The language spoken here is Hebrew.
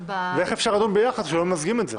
ואיך אפשר לדון ביחד כשלא ממזגים את זה?